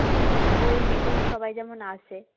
যেমন ওই মিটিংয়ে সবাই যেমন আসে